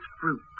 fruit